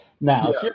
Now